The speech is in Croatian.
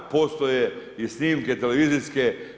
Postoje i snimke televizijske.